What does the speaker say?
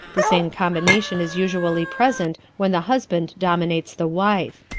the same combination is usually present when the husband dominates the wife.